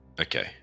okay